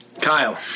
Kyle